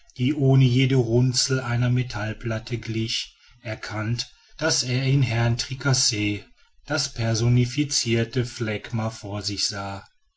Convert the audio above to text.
ohne jede runzel einer metallplatte glich erkannt daß er in herrn tricasse das personificirte phlegma vor sich sah